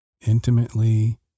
intimately